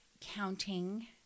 counting